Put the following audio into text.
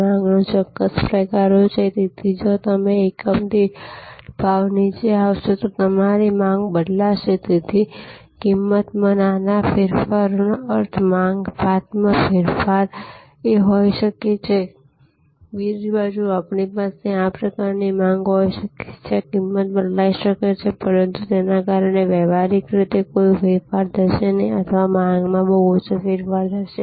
માંગના ચોક્કસ પ્રકારો છે આ માંગ સંદર્ભમાં એકદમ સ્થિતિસ્થાપક છે તેથી જો તમે એકમ દીઠ ભાવ નીચે આવશે તો તમારી માંગ બદલાશે તેથી કિંમતમાં નાના ફેરફારનો અર્થ માંગ ભાતમાં મોટો ફેરફાર એ હોઈ શકે છે બીજી બાજુ આપણી પાસે આ પ્રકારની માંગ હોઈ શકે છે જ્યાં કિંમત બદલાઈ શકે છે પરંતુ તેના કારણે વ્યવહારીક રીતે કોઈ ફેરફાર થશે નહીં અથવા માંગમાં બહુ ઓછો ફેરફાર થશે